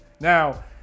Now